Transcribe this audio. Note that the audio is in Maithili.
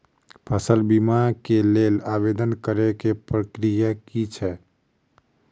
फसल बीमा केँ लेल आवेदन करै केँ प्रक्रिया की छै?